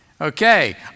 Okay